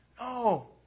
No